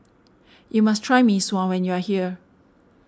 you must try Mee Sua when you are here